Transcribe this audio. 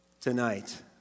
tonight